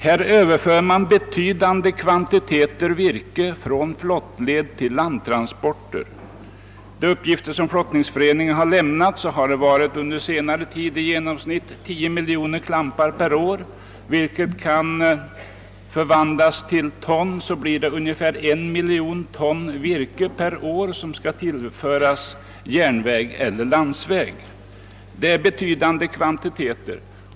Här överförs betydande kvantiteter virke från flottled till landtransporter. Enligt flottningsföreningens uppgifter har det under senare tid varit i genomsnitt 10 miljoner klampar per år. Förvandlat till ton blir detta ungefär en miljon ton virke per år som kommer att tillföras järnväg eller landsväg. Det är betydande kvantiteter.